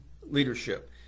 leadership